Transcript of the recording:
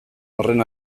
horren